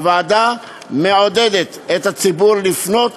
הוועדה מעודדת את הציבור לפנות